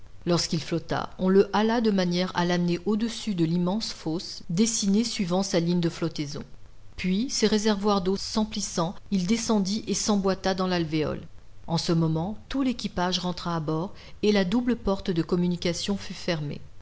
lorsqu'il flotta on le hala de manière à l'amener au-dessus de l'immense fosse dessinée suivant sa ligne de flottaison puis ses réservoirs d'eau s'emplissant il descendit et s'embotta dans l'alvéole en ce moment tout l'équipage rentra à bord et la double porte de communication fut fermée